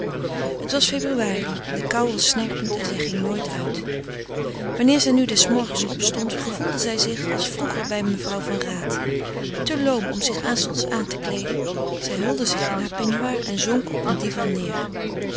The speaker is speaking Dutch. het was februari de koû was snerpend en zij ging nooit uit wanneer zij nu des morgens opstond gevoelde zij zich als vroeger bij mevrouw van raat te loom om zich aanstonds te kleeden zij hulde zich in een peignoir en zonk op een divan neêr